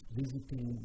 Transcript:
visiting